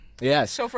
yes